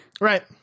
Right